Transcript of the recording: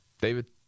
David